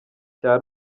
cya